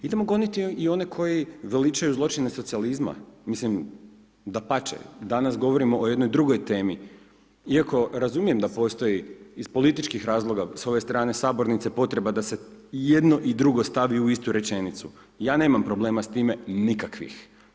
Idemo goniti i one koji veličaju zločine socijalizma, mislim, dapače, danas govorimo o jednoj drugoj temi iako razumijem da postoji iz političkih razloga s ove strane sabornice potreba da se jedno i drugo stavi u istu rečenicu, ja nemam problema s time nikakvih.